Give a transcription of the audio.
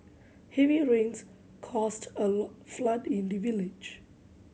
heavy rains caused a flood in the village